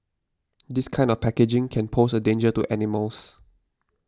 this kind of packaging can pose a danger to animals